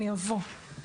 אני אבוא.